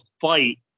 fight